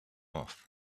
off